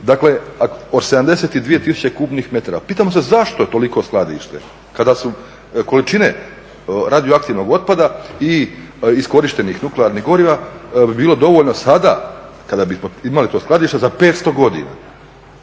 Dakle, od 72 tisuće kubnih metara, pitam se zašto je toliko skladište kada su količine radioaktivnog otpada i iskorištenih nuklearnih goriva bi bilo dovoljno sada kada bismo imali to skladište za 500 godina,